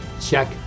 Check